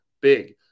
big